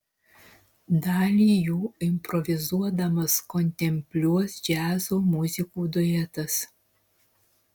dalį jų improvizuodamas kontempliuos džiazo muzikų duetas